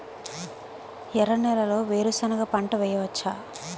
ఎర్ర నేలలో వేరుసెనగ పంట వెయ్యవచ్చా?